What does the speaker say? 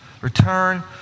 return